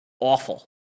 awful